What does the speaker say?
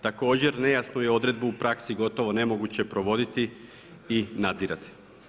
Također nejasnu je odredbu u praksi gotovo nemoguće provoditi i nadzirati.